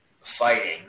fighting